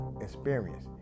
experience